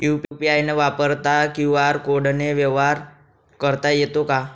UPI न वापरता QR कोडने व्यवहार करता येतो का?